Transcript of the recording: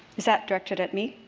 is that directed at me?